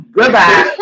Goodbye